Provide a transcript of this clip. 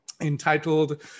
entitled